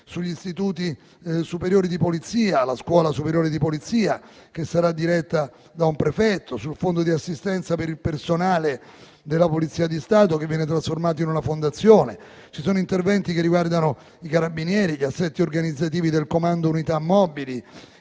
sugli istituti superiori di polizia: sulla scuola superiore di polizia, che sarà diretta da un prefetto. Si interviene sul fondo di assistenza per il personale della Polizia di Stato, che viene trasformato in una fondazione. Ci sono interventi che riguardano i carabinieri: gli assetti organizzativi del comando unità mobili,